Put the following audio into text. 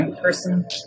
person